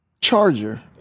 Charger